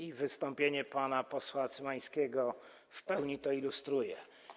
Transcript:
I wystąpienie pana posła Cymańskiego w pełni to ilustruje.